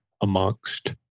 amongst